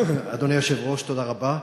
אדוני היושב-ראש, תודה רבה.